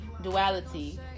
duality